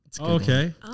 Okay